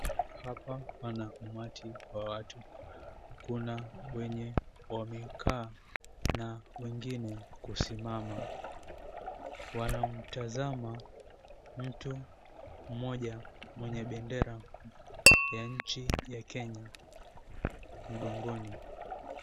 Hapa pana umati wa watu, kuna wenye wamekaa na wengine kusimama. Wanamtazama mtu mmoja mwenye bendera ya nchi ya Kenya mgongoni.